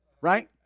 Right